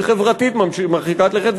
וחברתית מרחיקה לכת,